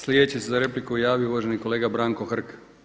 Slijedeći se za repliku javio uvaženi kolega Branko Hrg.